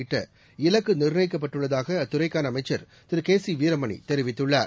ஈட்ட இலக்கு நிர்ணயிக்கப்பட்டுள்ளதாக அத்துறைக்கான அமைச்சர் திரு கே சி வீரமணி தெரிவித்துள்ளார்